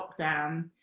lockdown